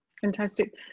fantastic